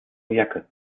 jacke